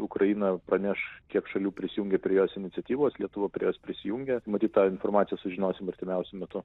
ukraina praneš kiek šalių prisijungė prie jos iniciatyvos lietuva prie jos prisijungė matyt tą informaciją sužinosim artimiausiu metu